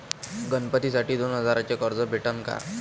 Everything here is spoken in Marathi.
गणपतीसाठी दोन हजाराचे कर्ज भेटन का?